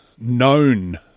known